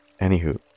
Anywho